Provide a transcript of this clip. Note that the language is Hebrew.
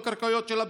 לא קרקעות של המדינה.